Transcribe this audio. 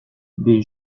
des